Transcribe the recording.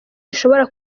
ishobora